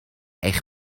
eich